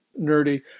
nerdy